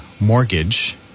mortgage